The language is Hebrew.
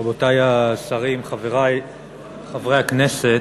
רבותי השרים, חברי חברי הכנסת,